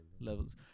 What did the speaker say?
levels